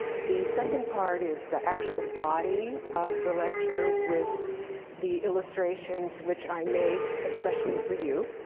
the second part is the actual body of the lecture with the illustrations, which i made especially for you.